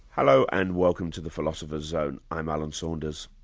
hello, and welcome to the philosopher's zone, i'm alan saunders.